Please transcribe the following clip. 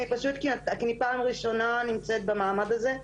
אני פשוט פעם ראשונה נמצאת במעמד הזה,